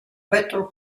battle